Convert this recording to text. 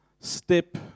step